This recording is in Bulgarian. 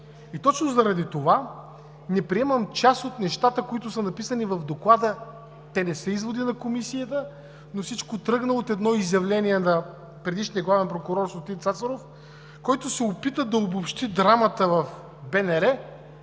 и точно заради това не приемам част от нещата, които са написани в Доклада. Те не са изводи на Комисията, но всичко тръгна от едно изявление на предишния главен прокурор Сотир Цацаров, който се опита да обобщи драмата в БНР